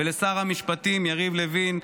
לשר המשפטים יריב לוין,